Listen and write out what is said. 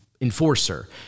enforcer